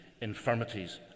infirmities